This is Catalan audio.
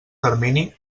termini